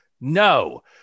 no